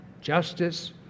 justice